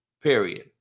Period